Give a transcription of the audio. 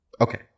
okay